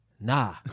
Nah